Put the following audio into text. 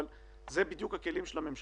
אבל זה בדיוק הכלים של הממשלה.